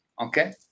okay